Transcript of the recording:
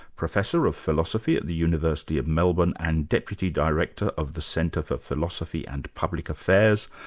professor of philosophy at the university of melbourne, and deputy director of the centre for philosophy and public affairs,